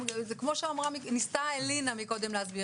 כמו שניסתה אלינה קודם להסביר,